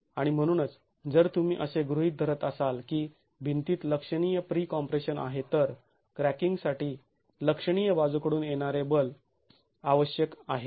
आणि म्हणूनच जर तुम्ही असे गृहीत धरत असाल की भिंतीत लक्षणीय प्री कॉम्प्रेशन आहे तर क्रॅकिंगसाठी लक्षणीय बाजूकडून येणारे बल आवश्यक आहेत